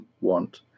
want